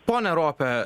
pone rope